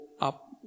up